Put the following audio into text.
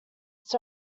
its